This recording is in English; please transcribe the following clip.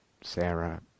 Sarah